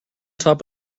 top